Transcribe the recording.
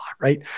right